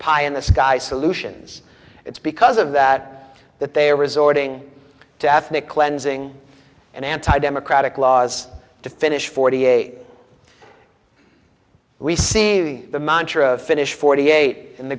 pie in the sky solutions it's because of that that they are resorting to ethnic cleansing and anti democratic laws to finish forty eight we see the the montra finish forty eight in the